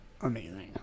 amazing